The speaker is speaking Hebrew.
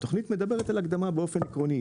התכנית מדברת על הקדמה באופן עקרוני.